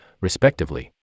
respectively